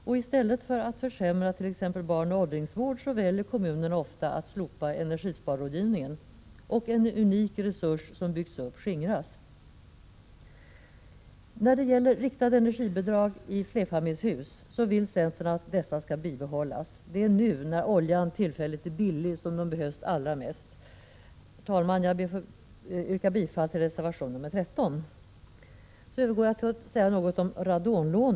I stället för att försämra t.ex. barnoch åldringsvård väljer kommunerna ofta att slopa energisparrådgivningen, och en unik resurs som har byggts upp skingras. När det gäller riktade energisparbidrag i flerfamiljshus vill centern att dessa skall bibehållas. Det är nu, när oljan tillfälligt är billig, som de behövs allra mest. Herr talman! Jag ber att få yrka bifall till reservation 13. Så övergår jag till att säga något om radonlån.